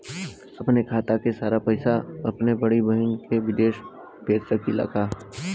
अपने खाते क सारा पैसा अपने बड़ी बहिन के विदेश भेज सकीला का?